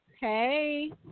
Hey